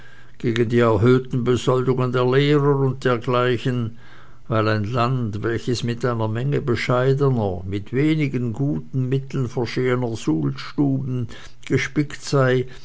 gegen die erhöhten besoldungen der lehrer und dergleichen weil ein land welches mit einer menge bescheidener mit wenigen guten mitteln versehener schulstuben gespickt sei